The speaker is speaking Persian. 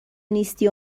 نیستی